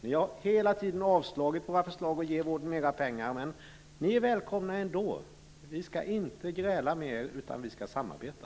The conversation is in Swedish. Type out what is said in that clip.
Ni har hela tiden avslagit våra förslag att ge mer pengar. Men ni är ändå välkomna. Vi skall inte gräla mer, utan vi skall samarbeta.